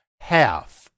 half